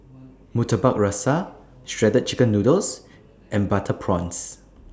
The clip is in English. Murtabak Rusa Shredded Chicken Noodles and Butter Prawns